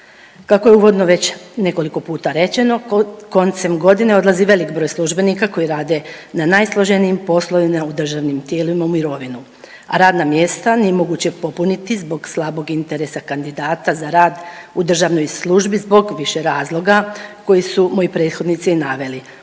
Kako je uvodno već nekoliko puta rečeno koncem godine odlazi velik broj službenika koji rade na najsloženijim poslovima u državnim tijelima u mirovinu, a radna mjesta nije moguće popuniti zbog slabog interesa kandidata za rad u državnoj službi zbog više razloga koje su moji prethodnici i naveli